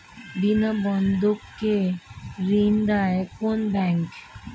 বিনা বন্ধক কে ঋণ দেয় কোন ব্যাংক?